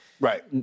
Right